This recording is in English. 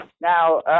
Now